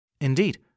Indeed